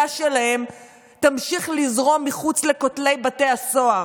שלהם תמשיך לזרום מחוץ לכותלי בתי הסוהר.